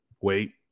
wait